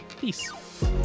Peace